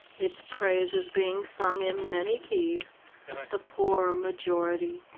its praise is being sung in many keys the poor majority,